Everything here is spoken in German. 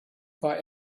war